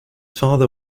father